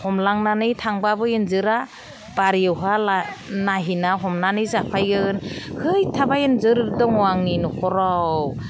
हमलांनानै थांबाबो इन्जरा बारियावहा नायहैना हमनानै जाफैयो खैथाबा एन्जर दङ आंनि न'खराव